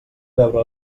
veure